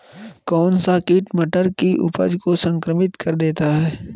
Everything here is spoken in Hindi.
कौन सा कीट मटर की उपज को संक्रमित कर देता है?